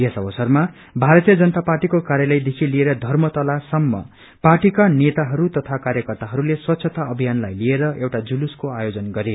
यस अवसरमा भारतीय जनता पार्टीको काय्प्रलयदेखि लिएर धर्मतला सम्म पार्टीका नेताहरू तथा कार्यकव्रहरूले स्वच्छता अभियानलाई लिएर एउटा जुलुसको आयोजन गरे